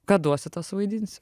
ką duosi tą suvaidinsiu